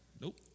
Nope